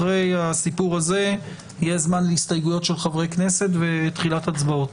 אחרי הסיפור הזה יש זמן להסתייגויות של חברי כנסת ותחילת הצבעות.